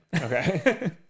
Okay